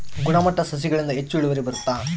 ಗುಣಮಟ್ಟ ಸಸಿಗಳಿಂದ ಹೆಚ್ಚು ಇಳುವರಿ ಬರುತ್ತಾ?